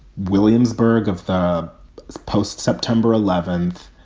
williamsburg of the post, september eleventh,